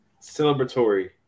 Celebratory